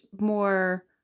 more